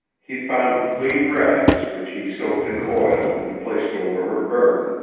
he found clean rags which he soaked in oil and placed over her burn,